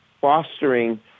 fostering